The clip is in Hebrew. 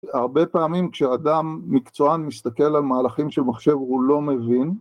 הרבה פעמים כשאדם מקצוען מסתכל על מהלכים של מחשב הוא לא מבין